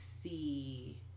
see